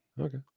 Okay